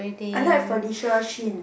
I like Felicia Chin